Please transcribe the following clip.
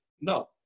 no